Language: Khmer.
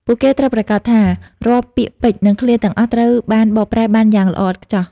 ពួកគេត្រូវប្រាកដថា រាល់ពាក្យពេចន៍ និងឃ្លាទាំងអស់ត្រូវបានបកប្រែបានយ៉ាងល្អឥតខ្ចោះ។